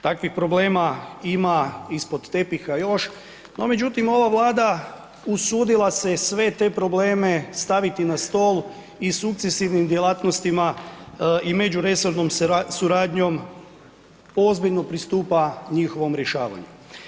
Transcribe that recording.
Takvih problema ima ispod tepiha još, no međutim, ova Vlada usudila se sve te probleme staviti na stol i sukcesivnim djelatnostima i međuresornom suradnjom ozbiljno pristupa njihovom rješavanju.